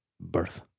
Birth